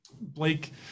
Blake